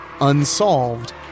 unsolved